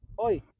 Oi